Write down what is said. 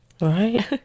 Right